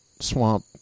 Swamp